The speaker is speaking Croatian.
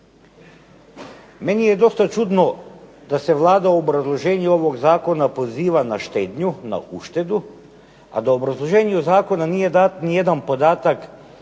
Meni je dosta čudno da se Vlada u obrazloženju ovog zakona poziva na štednju, na uštedu, a da u obrazloženju zakona nije dat ni jedan podatak